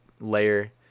layer